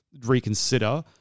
reconsider